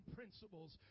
Principles